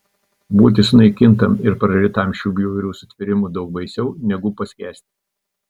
būti sunaikintam ir prarytam šių bjaurių sutvėrimų daug baisiau negu paskęsti